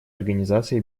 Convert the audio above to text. организации